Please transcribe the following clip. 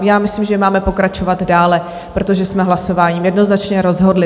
Já myslím, že máme pokračovat dále, protože jsme hlasováním jednoznačně rozhodli.